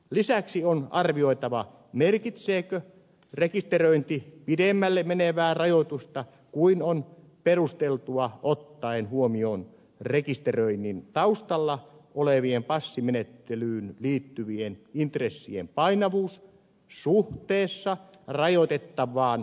lisäksi on arvioitava merkitseekö rekisteröinti pidemmälle menevää rajoitusta kuin on perusteltua ottaen huomioon rekisteröinnin taus talla olevien passimenettelyyn liittyvien intressien painavuus suhteessa rajoitettavaan perusoikeuteen